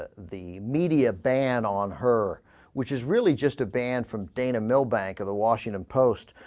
ah the media ban on her which is really just a band from dana millbank of the washington post